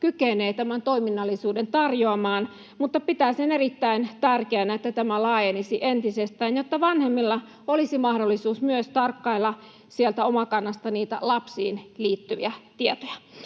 kykenee tämän toiminnallisuuden tarjoamaan, mutta pitäisin erittäin tärkeänä, että tämä laajenisi entisestään, jotta myös vanhemmilla olisi mahdollisuus tarkkailla sieltä Omakannasta niitä lapsiin liittyviä tietoja.